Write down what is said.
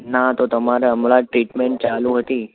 ના તો તમારે હમણાં જ ટ્રીટમેન્ટ ચાલું હતી